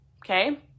okay